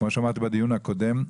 כמו שאמרתי בדיון הקודם,